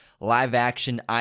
live-action